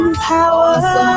power